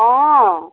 অঁ